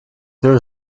there